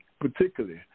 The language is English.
particularly